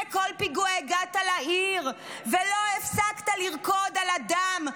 כל פיגוע הגעת לעיר ולא הפסקת לרקוד על הדם,